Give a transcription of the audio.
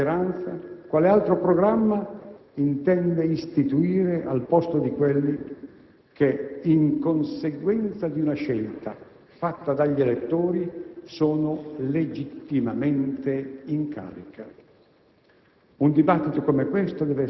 quale altro Governo, quale altra maggioranza, quale altro programma intende istituire al posto di quelli che, in conseguenza di un scelta fatta dagli elettori, sono legittimamente in carica.